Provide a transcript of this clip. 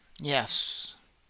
Yes